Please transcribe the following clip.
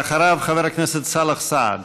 ואחריו, חבר הכנסת סאלח סעד.